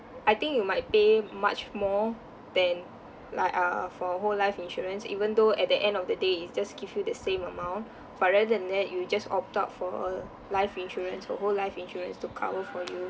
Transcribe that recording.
I think you might pay much more than like uh for whole life insurance even though at the end of the day it's just give you the same amount but rather than that you just opt out for a life insurance for whole life insurance to cover for you